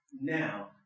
now